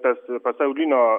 tas pasaulinio